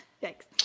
Thanks